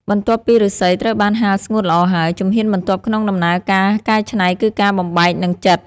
បន្ទាប់ពីឫស្សីត្រូវបានហាលស្ងួតល្អហើយ ជំហានបន្ទាប់ក្នុងដំណើរការកែច្នៃគឺការបំបែក និងចិត។